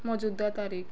ਮੌਜੂਦਾ ਤਾਰੀਖ਼